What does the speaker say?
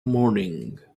morning